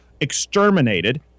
exterminated